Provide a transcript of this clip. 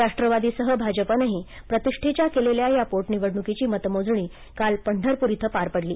राष्ट्रवादीसह भाजपानेही प्रतिष्ठेच्या केलेल्या या पोटनिवडणुकीची मतमोजणी काल पंढरपूर इथं पार पडली